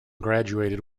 graduated